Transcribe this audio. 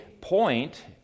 point